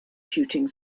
shooting